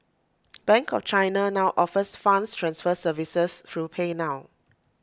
bank of China now offers funds transfer services through PayNow